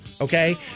Okay